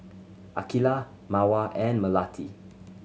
Aqeelah Mawar and Melati